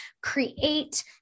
create